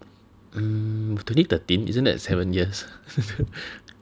mm twenty thirteen isn't that seven years